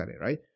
Right